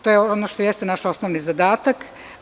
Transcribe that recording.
To je ono što jeste naš osnovni zadatak.